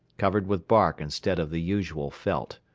covered with bark instead of the usual felt.